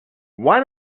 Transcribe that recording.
why